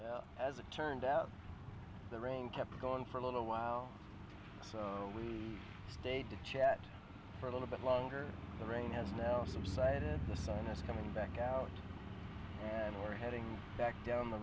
least as it turned out the rain kept going for a little while so we stayed to chat for a little bit longer the rain has now subsided and the sun is coming back out and are heading back down the